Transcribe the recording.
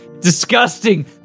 disgusting